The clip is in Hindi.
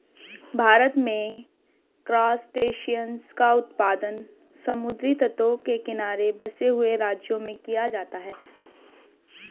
भारत में क्रासटेशियंस का उत्पादन समुद्री तटों के किनारे बसे हुए राज्यों में किया जाता है